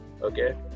Okay